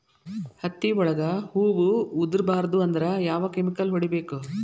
ಹತ್ತಿ ಒಳಗ ಹೂವು ಉದುರ್ ಬಾರದು ಅಂದ್ರ ಯಾವ ಕೆಮಿಕಲ್ ಹೊಡಿಬೇಕು?